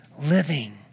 living